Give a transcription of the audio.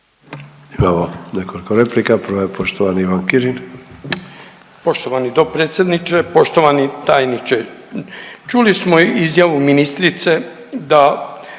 Imamo nekoliko replika, prvi je poštovani Ivan Kirin. **Kirin, Ivan (HDZ)** Poštovani dopredsjedniče, poštovani tajniče, čuli smo izjavu ministrice da